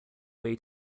way